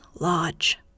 Lodge